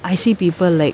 I see people like